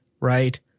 right